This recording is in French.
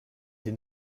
des